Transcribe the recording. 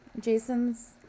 Jason's